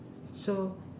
so